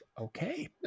okay